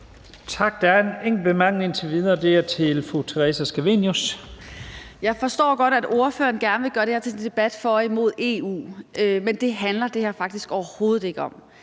Jeg forstår godt, at ordføreren gerne vil gøre det her til en debat om at være for eller imod EU, men det handler det her faktisk overhovedet ikke om.